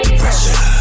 pressure